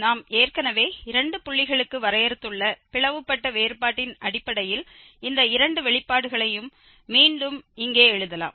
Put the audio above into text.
நாம் ஏற்கனவே இரண்டு புள்ளிகளுக்கு வரையறுத்துள்ள பிளவுபட்ட வேறுபாட்டின் அடிப்படையில் இந்த இரண்டு வெளிப்பாடுகளையும் மீண்டும் இங்கே எழுதலாம்